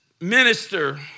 minister